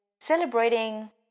celebrating